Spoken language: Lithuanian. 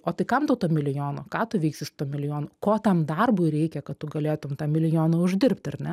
o tai kam tau to milijono ką tu veiksi su tuo milijonu ko tam darbui reikia kad tu galėtum tą milijoną uždirbt ar ne